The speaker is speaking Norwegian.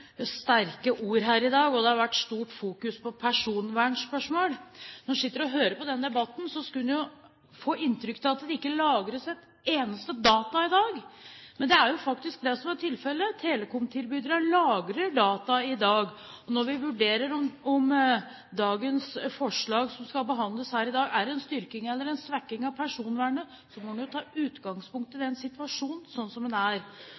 sterke ord her i dag, og det har vært stort fokus på personvernspørsmål. Når en sitter og hører på denne debatten, kan en få inntrykk av at det ikke lagres en eneste data i dag. Men det er faktisk det som er tilfellet. Telekomtilbydere lagrer data i dag. Når vi vurderer om forslaget som behandles her i dag, er en styrking eller svekking av personvernet, må en ta utgangspunkt i situasjonen slik den er. Jeg mener altså at når vi nå innfører domstolskontroll, er det en